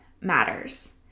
matters